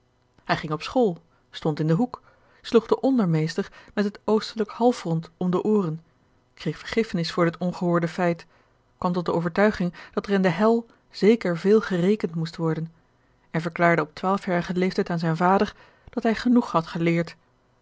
hij ging op school stond in den hoek sloeg den ondermeester met het oostelijk halfrond om de ooren kreeg vergiffenis voor dit ongehoorde feit kwam tot de overtuiging dat er in de hel zeker veel gerekend moest worden en verklaarde op twaalfjarigen leeftijd aan zijn vader dat hij genoeg had geleerd